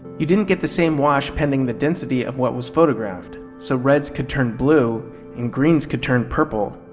you didn't get the same wash pending the density of what was photographed. so reds could turn blue and greens could turn purple.